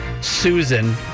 Susan